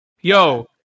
yo